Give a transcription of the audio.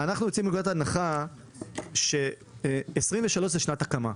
אנחנו יוצאים מנקודת ההנחה ש-23' זו שנת ההקמה.